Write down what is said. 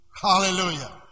Hallelujah